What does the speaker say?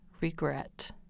regret